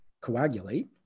coagulate